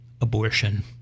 Abortion